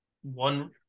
one